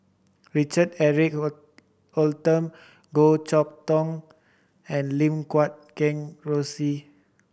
Richard Eric Holttum Goh Chok Tong and Lim Guat Kheng Rosie